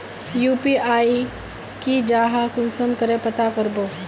UPI की जाहा कुंसम करे पता करबो?